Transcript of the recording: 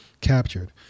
captured